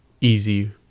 easy